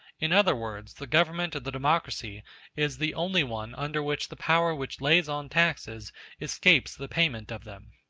in other words, the government of the democracy is the only one under which the power which lays on taxes escapes the payment of them.